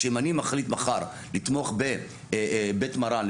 אם אני מחליט מחר לתמוך בבית מרן,